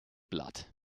blood